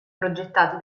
progettati